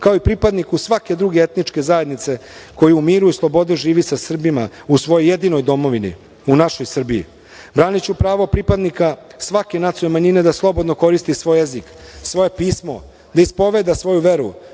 kao i pripadniku svake druge etničke zajednice, koji u miru i slobodi živi sa Srbima u svojoj jedinoj domovini u našoj Srbiji. Braniću pravo pripadnika svake nacionalne manjine da slobodno koristi svoj jezik, svoje pismo, da ispoveda svoju veru,